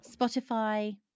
Spotify